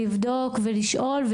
לבדוק ולשאול,